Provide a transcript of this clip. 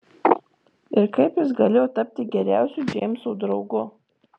ir kaip jis galėjo tapti geriausiu džeimso draugu